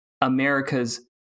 America's